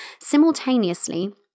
simultaneously